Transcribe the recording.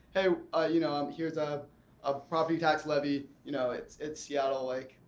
hey ah you know um here's ah a property tax levy. you know it's it's seattle. like,